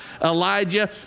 Elijah